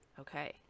Okay